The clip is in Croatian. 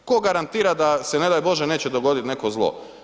Tko garantira da se ne daj Bože neće dogoditi neko zlo.